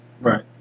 Right